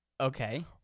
Okay